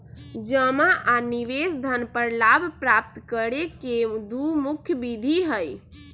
जमा आ निवेश धन पर लाभ प्राप्त करे के दु मुख्य विधि हइ